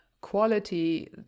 quality